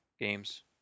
games